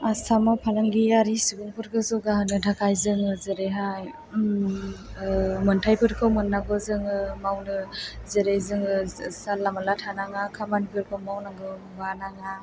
आसामाव फालांगियारि सुबुंफोरखौ जौगाहोनो थाखाय जोङो जेरैहाय मोनथायफोरखौ मोननांगौ जोङो मावनो आरो जोङो जानला मानला थानाङा खामानिफोरखौ मावनांगौ बानो नाङा